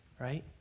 right